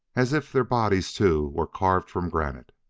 as if their bodies, too, were carved from granite,